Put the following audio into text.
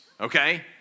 Okay